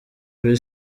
kuri